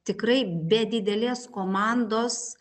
tikrai be didelės komandos